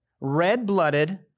red-blooded